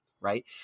Right